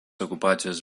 okupacijos